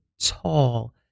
tall